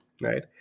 right